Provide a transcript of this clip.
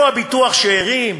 איפה ביטוח השאירים?